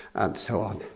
and so on,